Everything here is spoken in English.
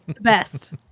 best